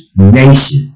nation